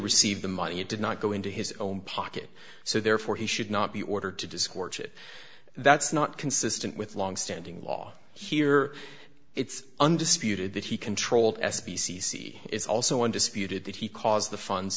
receive the money it did not go into his own pocket so therefore he should not be ordered to discourse it that's not consistent with longstanding law here it's undisputed that he controlled s p c is also undisputed that he caused the funds